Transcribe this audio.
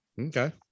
Okay